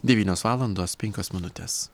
devynios valandos penkios minutės